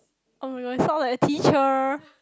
[oh]-my-god you sound like a teacher